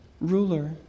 ruler